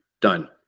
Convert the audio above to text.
done